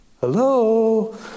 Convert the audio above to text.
Hello